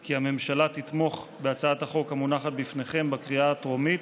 כי הממשלה תתמוך בהצעת החוק המונחת בפניכם בקריאה הטרומית,